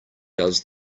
does